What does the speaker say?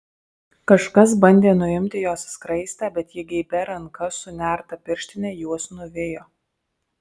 kažkas bandė nuimti jos skraistę bet ji geibia ranka su nerta pirštine juos nuvijo